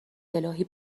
االهی